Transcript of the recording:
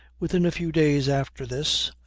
within a few days after this,